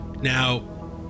now